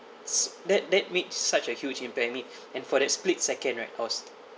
s~ that that made such a huge impact to me and for that split second right I was